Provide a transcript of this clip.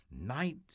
night